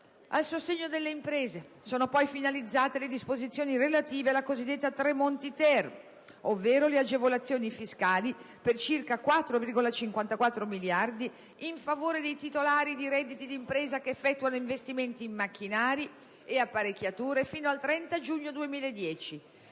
Al sostegno delle imprese sono poi finalizzate le disposizioni relative alla cosiddetta Tremonti-*ter*, ovvero le agevolazioni fiscali per circa 4,54 miliardi in favore dei titolari di redditi d'impresa che effettuano investimenti in macchinari ed apparecchiature fino al 30 giugno 2010,